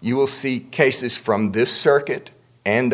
you will see cases from this circuit and